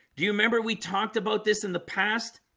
do you remember we talked about this in the past?